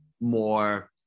more